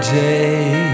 day